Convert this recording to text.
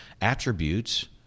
attributes